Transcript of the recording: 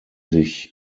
sich